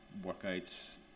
workouts